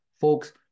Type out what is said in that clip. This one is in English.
Folks